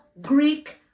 Greek